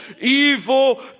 evil